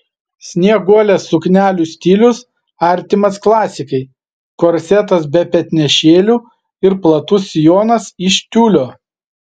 snieguolės suknelių stilius artimas klasikai korsetas be petnešėlių ir platus sijonas iš tiulio